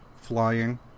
flying